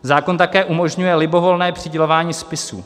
Zákon také umožňuje libovolné přidělování spisů.